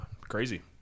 crazy